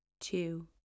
two